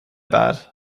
bad